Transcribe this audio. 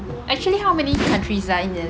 actually how many countries are in a